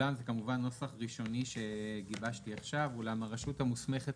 זה כמובן נוסח ראשוני שגיבשתי עכשיו ואולם הרשות המוסמכת